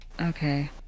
Okay